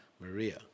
Maria